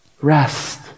Rest